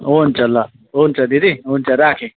हुन्छ ल हुन्छ दिदी हुन्छ राखेँ